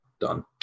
Done